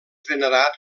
venerat